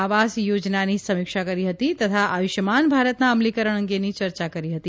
આવાસ યોજનાની સમીક્ષા કરી હતી તથા આયુષ્યમાન ભારતના અમલીકરણ અંગે ચર્ચા કરી હતી